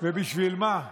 ובשביל מה?